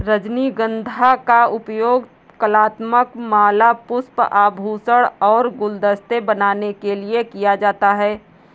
रजनीगंधा का उपयोग कलात्मक माला, पुष्प, आभूषण और गुलदस्ते बनाने के लिए किया जाता है